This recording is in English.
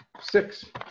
Six